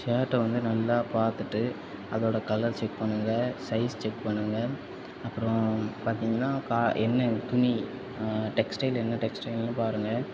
ஷர்ட்டை வந்து நல்லா பார்த்துட்டு அதோட கலர் செக் பண்ணுங்கள் சைஸ் செக் பண்ணுங்கள் அப்புறம் பார்த்தீங்கன்னா கா என்ன துணி டெக்ஸ்ட்டைல் என்ன டெக்ஸ்ட்டைல்ன்னு பாருங்கள்